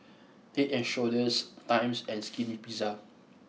Head and Shoulders Times and Skinny Pizza